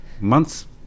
Months